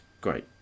great